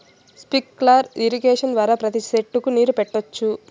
sprinkler irrigation ద్వారా ప్రతి సెట్టుకు నీరు పెట్టొచ్చు